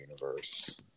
Universe